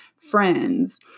friends